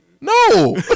No